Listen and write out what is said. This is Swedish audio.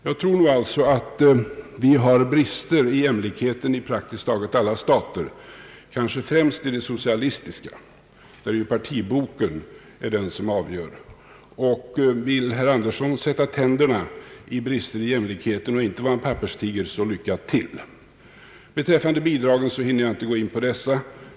Det finns brister i fråga om jämlikhet i praktiskt taget alla stater, kanske främst i de socialistiska, där ju partiboken är den faktor som avgör. Vill herr Andersson sätta tänderna i brister i jämlikheten och inte vara en papperstiger, så önskar jag honom lycka till. Beträffande bidragen så hinner jag inte gå in på dessa.